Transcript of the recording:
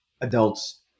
adults